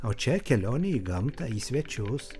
o čia kelionėje į gamtą į svečius